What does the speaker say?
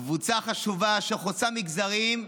קבוצה חשובה, שחוצה מגזרים,